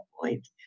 point